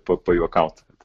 pa pajuokaut